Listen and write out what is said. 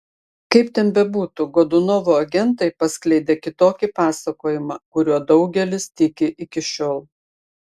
kaip ten bebūtų godunovo agentai paskleidė kitokį pasakojimą kuriuo daugelis tiki iki šiol